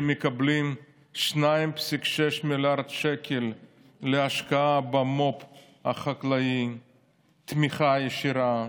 שמקבלים 2.6 מיליארד שקל להשקעה במו"פ החקלאי בתמיכה ישירה,